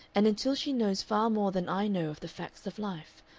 and until she knows far more than i know of the facts of life,